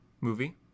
movie